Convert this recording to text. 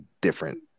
different